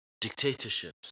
dictatorships